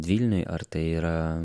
vilniuj ar tai yra